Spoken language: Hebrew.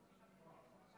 שלוש דקות